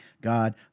God